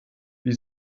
wie